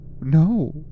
No